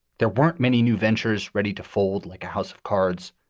there weren't many new ventures ready to fold like a house of cards,